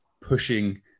pushing